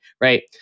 right